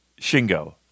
Shingo